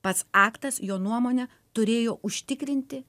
pats aktas jo nuomone turėjo užtikrinti